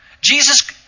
Jesus